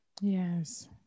yes